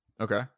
Okay